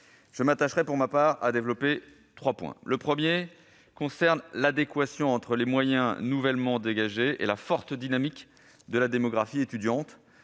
Je m'attacherai, pour ma part, à développer trois points. Le premier concerne l'adéquation entre les moyens nouvellement dégagés et la forte dynamique de la démographie étudiante,